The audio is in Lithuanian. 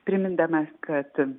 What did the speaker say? primindamas kad